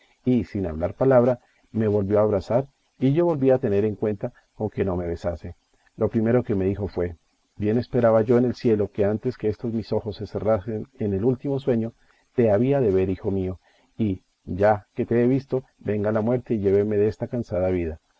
y sin hablar palabra me volvió a abrazar y yo volví a tener cuenta con que no me besase lo primero que me dijo fue bien esperaba yo en el cielo que antes que estos mis ojos se cerrasen con el último sueño te había de ver hijo mío y ya que te he visto venga la muerte y lléveme desta cansada vida